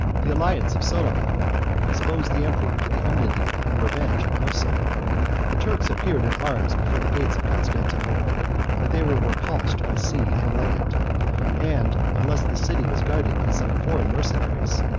the alliance of soliman exposed the emperor to the enmity and revenge of mousa the turks appeared in arms before the gates of constantinople but they were repulsed by sea and land and unless the city was guarded by some foreign mercenaries,